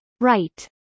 Right